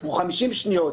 או 50 שניות,